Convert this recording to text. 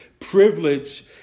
privilege